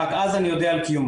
רק אז אני יודע קיום.